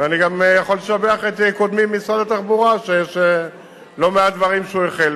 ואני גם יכול לשבח את קודמי ממשרד התחבורה שלא מעט דברים שהוא החל,